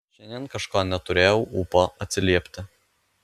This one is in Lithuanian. šiandien kažko neturėjau ūpo atsiliepti